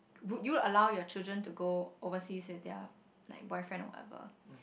would you allow your children to go overseas with their like boyfriend or whatever